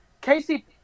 Casey